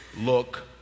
look